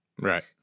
Right